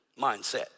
mindset